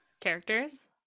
Characters